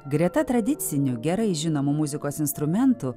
greta tradicinių gerai žinomų muzikos instrumentų